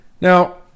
Now